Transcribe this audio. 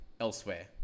elsewhere